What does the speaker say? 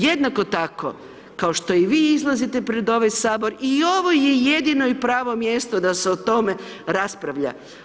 Jednako tako, kao što i vi izlazite pred ovaj HS i ovo je jedino i pravo mjesto da se o tome raspravlja.